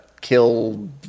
kill